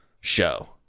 show